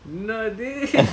என்னது:ennathu